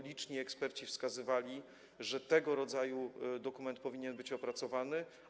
Liczni eksperci wskazywali, że tego rodzaju dokument powinien być opracowany.